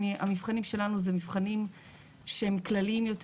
המבחנים שלנו הם מבחנים שהם כלליים יותר